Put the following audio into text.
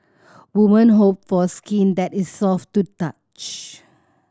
women hope for skin that is soft to touch